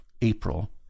April